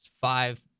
five